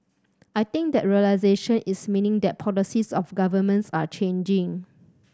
I think that realisation is meaning that policies of governments are changing